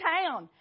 town